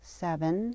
seven